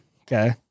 Okay